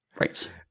Right